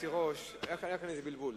לי "מונחת לך על השולחן קופסה מהאוצר"